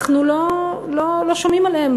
אנחנו לא שומעים עליהם,